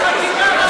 והתפוצות.